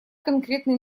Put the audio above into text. конкретная